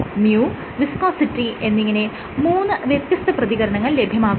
µ viscosity എന്നിങ്ങനെ മൂന്ന് വ്യത്യസ്ത പ്രതികരണങ്ങൾ ലഭ്യമാകുന്നു